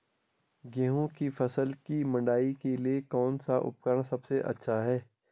गेहूँ की फसल की मड़ाई के लिए कौन सा उपकरण सबसे अच्छा है?